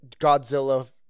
Godzilla